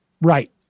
Right